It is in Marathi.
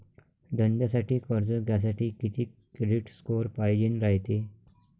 धंद्यासाठी कर्ज घ्यासाठी कितीक क्रेडिट स्कोर पायजेन रायते?